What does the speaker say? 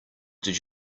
did